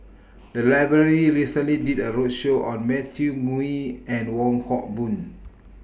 The Library recently did A roadshow on Matthew Ngui and Wong Hock Boon